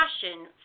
passion